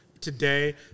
today